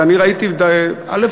ואני ראיתי, א.